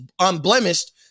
unblemished